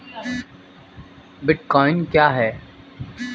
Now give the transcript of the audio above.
Bitcoin क्या है?